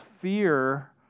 fear